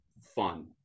fun